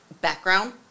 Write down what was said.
background